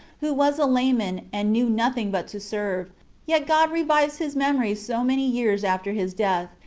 who was a layman, and knew nothing but to serve yet god revives his memory so many years after his death,